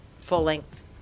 full-length